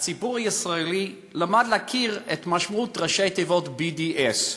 הציבור הישראלי למד להכיר את משמעות ראשי התיבות BDS,